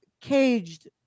caged